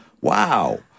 wow